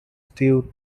stew